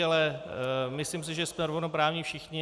Ale myslím si, že jsme rovnoprávní všichni.